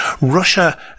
Russia